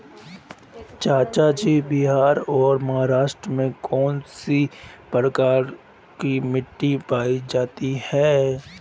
चाचा जी बिहार और महाराष्ट्र में कौन सी प्रकार की मिट्टी पाई जाती है?